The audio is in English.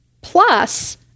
plus